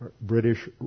British